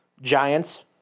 Giants